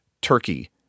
turkey